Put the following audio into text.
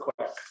quick